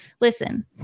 listen